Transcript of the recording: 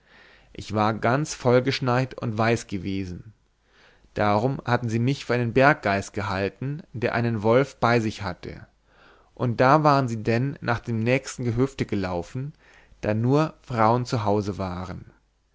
ich war ganz vollgeschneit und weiß gewesen darum hatten sie mich für einen berggeist gehalten der einen wolf bei sich hatte und da waren sie denn nach dem nächsten gehöfte gelaufen da nur frauen zu hause waren